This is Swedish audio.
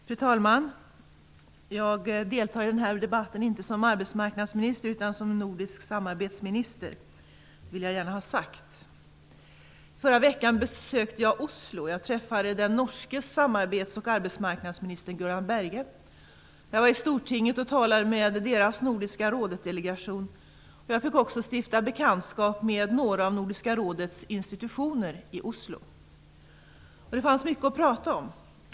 Fru talman! Jag deltar i denna debatt inte som arbetsmarknadsminister utan som nordisk samarbetsminister, det vill jag gärna ha sagt. Förra veckan besökte jag Oslo. Jag träffade den norske samarbets och arbetsmarknadsministern Gunnar Berge. Jag var i Stortinget och talade med den norska Nordiska rådet-delegationen. Jag fick också stifta bekantskap med några av Nordiska rådets institutioner i Oslo. Det fanns mycket att tala om.